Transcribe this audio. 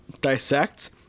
Dissect